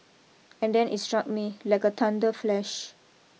and then it struck me like a thunder flash